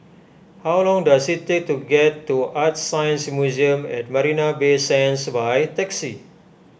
how long does it take to get to ArtScience Museum at Marina Bay Sands by taxi